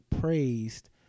praised